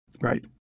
Right